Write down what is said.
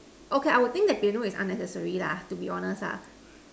okay I will think that piano is unnecessary lah to be honest ah